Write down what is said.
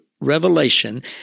revelation